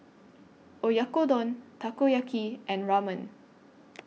Oyakodon Takoyaki and Ramen